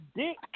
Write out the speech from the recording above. dick